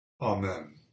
Amen